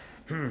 hmm